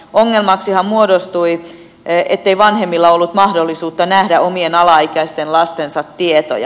ongelmaksihan muodostui se ettei vanhemmilla ollut mahdollisuutta nähdä omien alaikäisten lastensa tietoja